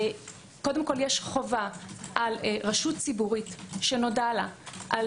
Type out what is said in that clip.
יש חובה על רשות ציבורית שנודע לה על